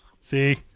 See